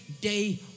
day